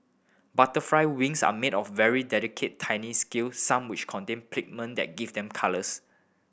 butterfly wings are made of very delicate tiny scale some which contain pigment that give them colours